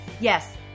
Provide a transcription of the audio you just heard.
Yes